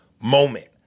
moment